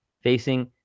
facing